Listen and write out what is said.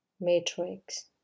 matrix